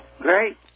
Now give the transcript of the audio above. Great